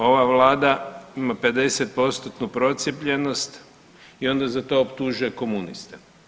Ova Vlada ima 50%-tnu procijepljenost i onda za to optužuje komuniste.